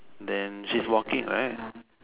then she's walking right